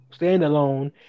standalone